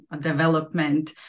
development